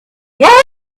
wanted